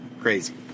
Crazy